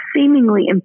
seemingly